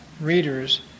readers